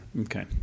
Okay